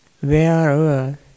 wherever